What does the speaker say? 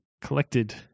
collected